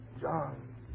John